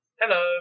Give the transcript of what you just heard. Hello